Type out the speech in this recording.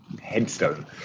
headstone